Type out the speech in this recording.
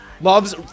loves